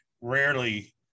rarely